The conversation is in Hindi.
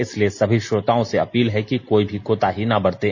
इसलिए सभी श्रोताओं से अपील है कि कोई भी कोताही ना बरतें